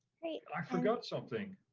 i forgot something.